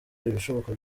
ibishoboka